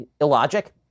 illogic